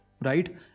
right